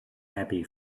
happy